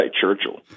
Churchill